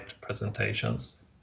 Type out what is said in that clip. presentations